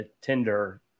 Tinder